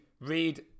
read